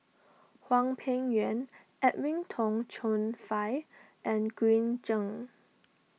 Hwang Peng Yuan Edwin Tong Chun Fai and Green Zeng